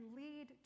lead